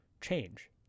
change